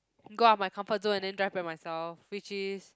go out my comfort zone and then drive by myself which is